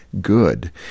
good